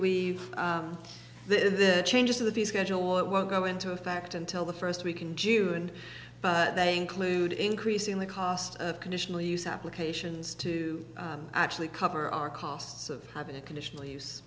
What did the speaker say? we the change of the schedule or it won't go into effect until the first we can june but they include increasing the cost of conditional use applications to actually cover our costs of having a conditional use